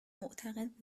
معتقد